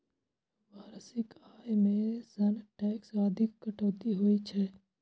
वार्षिक आय मे सं टैक्स आदिक कटौती होइ छै